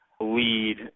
lead